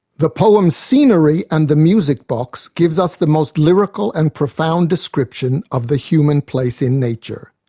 the poem scenery and the music box gives us the most lyrical and profound description of the human place in nature.